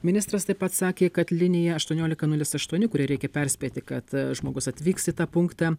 ministras taip pat sakė kad linija aštuoniolika nulis aštuoni kuria reikia perspėti kad žmogus atvyks į tą punktą